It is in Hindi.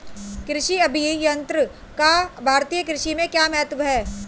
कृषि अभियंत्रण का भारतीय कृषि में क्या महत्व है?